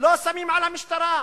לא שמים על המשטרה,